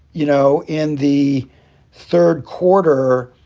you know, in the third quarter,